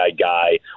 guy